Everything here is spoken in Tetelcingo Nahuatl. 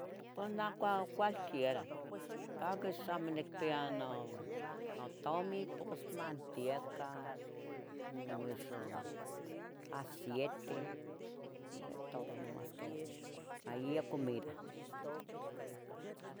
Pos neh cua cualquiera, paquis xamo nicpia noto notomin pos mantieca, eso aciete, de todo nomas que allia comira.